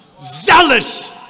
Zealous